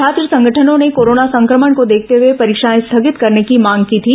छात्र संगठनों ने कोरोना संक्रमण को देखते हुए परीक्षाएं स्थगित करने की मांग की थी